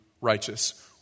righteous